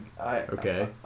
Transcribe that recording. Okay